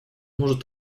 может